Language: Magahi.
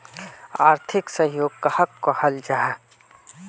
आर्थिक सहयोग कहाक कहाल जाहा जाहा?